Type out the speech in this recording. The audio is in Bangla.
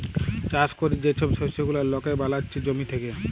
চাষ ক্যরে যে ছব শস্য গুলা লকে বালাচ্ছে জমি থ্যাকে